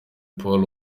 paul